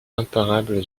imparables